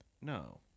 No